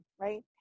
right